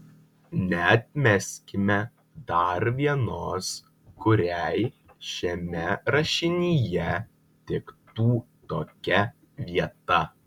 neatmeskime dar vienos kuriai šiame rašinyje tiktų tokia vieta